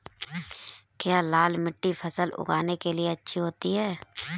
क्या लाल मिट्टी फसल उगाने के लिए अच्छी होती है?